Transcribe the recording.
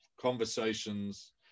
conversations